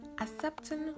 accepting